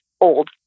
old